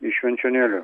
iš švenčionėlių